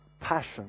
passion